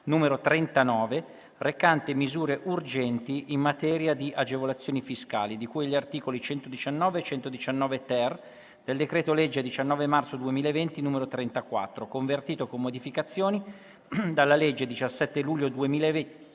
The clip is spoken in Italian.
n. 39, recante misure urgenti in materia di agevolazioni fiscali di cui agli articoli 119 e 119-ter del decreto-legge 19 maggio 2020, n. 34, convertito, con modificazioni, dalla legge 17 luglio 2020,